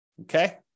Okay